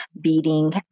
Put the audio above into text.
beating